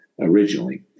originally